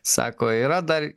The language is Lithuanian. sako yra dar